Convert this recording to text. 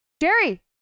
Jerry